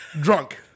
drunk